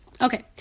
Okay